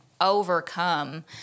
overcome